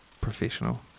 professional